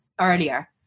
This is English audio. earlier